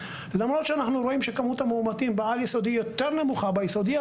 למרות שאנחנו רואים שכמות המאומתים בעל יסודי יותר נמוכה ביסודי,